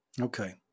Okay